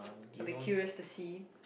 I'd be curious to see